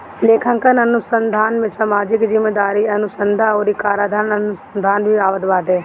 लेखांकन अनुसंधान में सामाजिक जिम्मेदारी अनुसन्धा अउरी कराधान अनुसंधान भी आवत बाटे